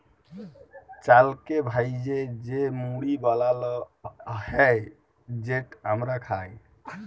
চালকে ভ্যাইজে যে মুড়ি বালাল হ্যয় যেট আমরা খাই